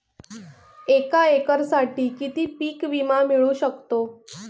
एका एकरसाठी किती पीक विमा मिळू शकतो?